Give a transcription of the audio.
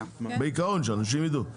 בעיקרון, שאנשים יידעו.